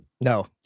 No